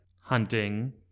hunting